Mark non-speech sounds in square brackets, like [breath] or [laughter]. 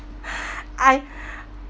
[breath] I